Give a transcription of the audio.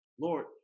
Lord